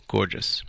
Gorgeous